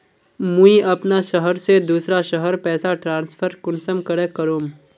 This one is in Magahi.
मुई अपना शहर से दूसरा शहर पैसा ट्रांसफर कुंसम करे करूम?